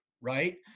right